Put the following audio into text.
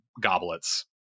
goblets